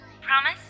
Promise